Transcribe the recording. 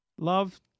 Love